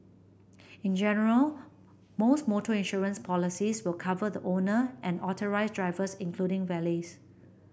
in general most motor insurance policies will cover the owner and authorised drivers including valets